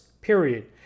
Period